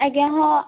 ଆଜ୍ଞା ହଁ